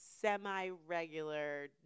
semi-regular